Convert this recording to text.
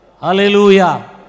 Hallelujah